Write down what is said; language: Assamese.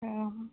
অঁ